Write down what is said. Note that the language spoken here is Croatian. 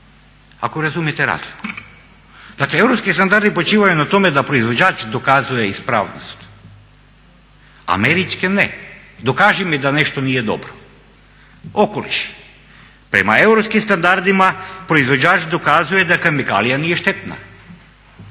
ako razumijete razliku. Dakle europski standardi počivaju na tome da proizvođač dokazuje ispravnost, američki ne. Dokaži mi da nešto nije dobro. Okoliš, prema europskim standardima proizvođač dokazuje da kemikalija nije štetna,